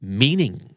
meaning